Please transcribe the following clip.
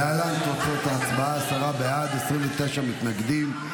להלן תוצאות ההצבעה: עשרה בעד, 29 מתנגדים.